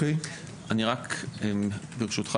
ברשותך,